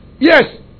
yes